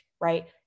right